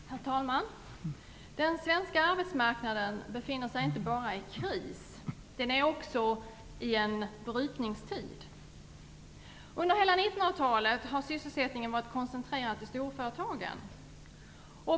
Herr talman! Den svenska arbetsmarknaden befinner sig inte bara i kris, den befinner sig också i en brytningstid. Under hela 1900-talet har sysselsättningen varit koncentrerad till storföretagen.